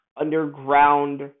underground